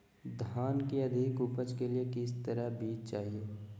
धान की अधिक उपज के लिए किस तरह बीज चाहिए?